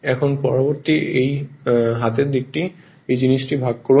এখন পরবর্তী এই হাতের দিকটি এই জিনিসটিকে ভাগ করুন